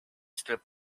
strip